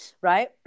right